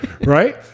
right